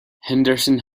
henderson